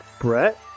Brett